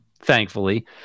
thankfully